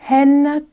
Henna